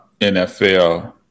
NFL